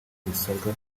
bisabwa